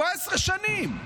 17 שנים,